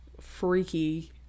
freaky